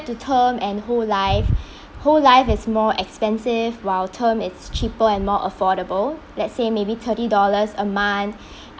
to term and whole life whole life is more expensive while term it's cheaper and more affordable let's say maybe thirty dollars a month